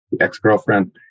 ex-girlfriend